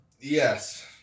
Yes